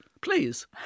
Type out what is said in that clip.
please